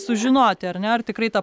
sužinoti ar ne ar tikrai ta